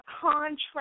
contract